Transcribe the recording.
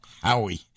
Howie